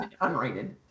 unrated